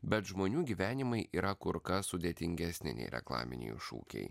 bet žmonių gyvenimai yra kur kas sudėtingesni nei reklaminiai šūkiai